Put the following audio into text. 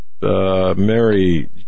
Mary